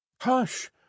hush